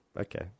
Okay